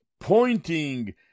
pointing